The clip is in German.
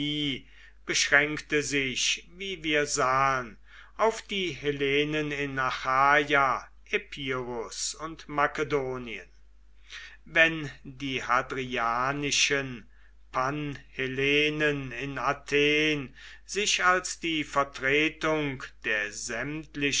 beschränkte sich wie wir sahen auf die hellenen in achaia epirus und makedonien wenn die hadrianischen panhellenen in athen sich als die vertretung der